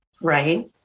Right